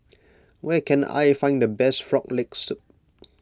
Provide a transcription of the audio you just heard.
where can I find the best Frog Leg Soup